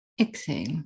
Exhale